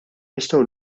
nistgħu